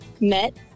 met